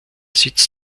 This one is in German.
sitz